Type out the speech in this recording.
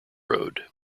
road